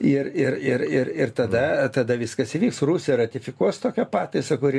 ir ir ir ir ir tada tada viskas įvyks rusija ratifikuos tokią pataisą kuri